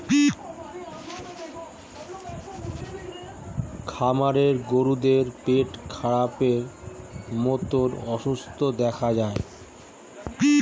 খামারের গরুদের পেটখারাপের মতো অসুখ দেখা যায়